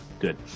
Good